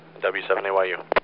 W7AYU